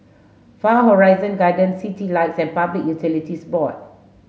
Far Horizon Gardens Citylights and Public Utilities Board